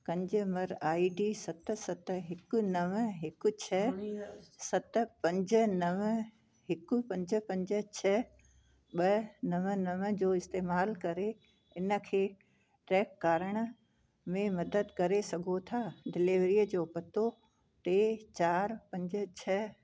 consumer ID सत सत हिकु नव हिकु छह सत पंज नव हिक पंज पंज छ्ह ॿ नव नव जो इस्तेमाल करे इन खे ट्रैक करण में मदद करे सघो था डिलीवरीअ जो पतो टे चारि पंज छह